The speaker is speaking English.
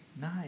Nice